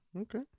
okay